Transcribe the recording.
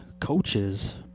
coaches